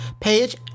page